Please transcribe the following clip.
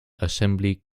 assembly